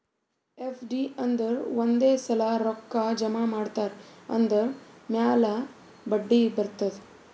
FD ಅಂದುರ್ ಒಂದೇ ಸಲಾ ರೊಕ್ಕಾ ಜಮಾ ಇಡ್ತಾರ್ ಅದುರ್ ಮ್ಯಾಲ ಬಡ್ಡಿ ಬರ್ತುದ್